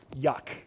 yuck